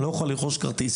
אני לא אוכל לרכוש כרטיס.